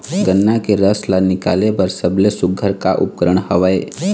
गन्ना के रस ला निकाले बर सबले सुघ्घर का उपकरण हवए?